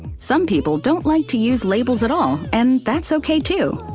some people don't like to use labels at all, and that's okay too.